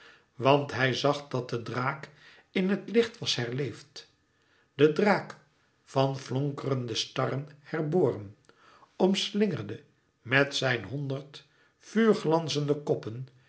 want hij zag dat de draak in het licht was herleefd de draak van flonkerende starren herboren omslingerde met zijn honderd vuurglanzende koppen